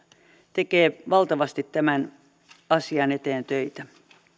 tekee valtavasti tämän asian eteen töitä